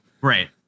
Right